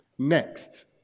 Next